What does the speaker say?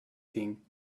king